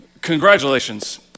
Congratulations